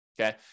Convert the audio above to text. okay